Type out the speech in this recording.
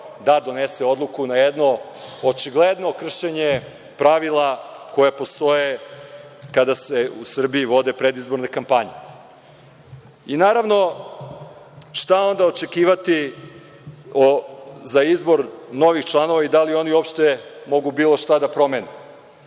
da donese odluku na jedno očigledno kršenje pravila koja postoje kada se u Srbiji vode predizborne kampanje. Naravno, šta onda očekivati za izbor novih članova i da li oni uopšte mogu bilo šta da